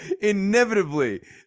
Inevitably